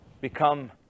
become